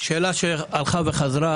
שאלה שחזרה